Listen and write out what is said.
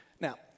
Now